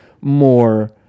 more